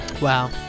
wow